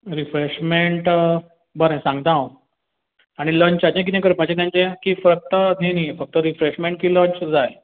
refreshment बरें सांगता हांव आनी लंचाचें किदें करपाचें तेंचें की फक्त न्हय न्हय फक्त रिफ्रॅशमॅण की लंच जाय